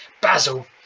basil